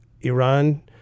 Iran